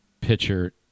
pitcher